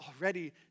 already